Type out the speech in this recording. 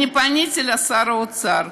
פניתי לשר האוצר,